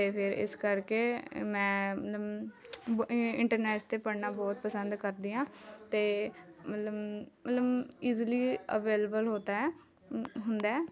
ਅਤੇ ਫਿਰ ਇਸ ਕਰਕੇ ਮੈਂ ਮਤਲਬ ਇ ਇੰਟਰਨੈੱਟ 'ਤੇ ਪੜ੍ਹਨਾ ਬਹੁਤ ਪਸੰਦ ਕਰਦੀ ਹਾਂ ਅਤੇ ਮਤਲਬ ਮਤਲਬ ਇਜੀਲੀ ਅਵੇਲਵਲ ਹੋਤਾ ਹੈ ਹੁੰਦਾ ਹੈ